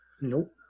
Nope